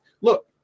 look